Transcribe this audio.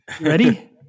Ready